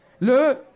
Le